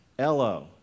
Lo